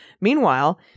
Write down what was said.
Meanwhile